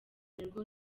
nirwo